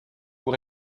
vous